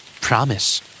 Promise